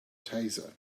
taser